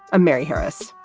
a mary harris.